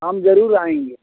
हम ज़रूर आएँगे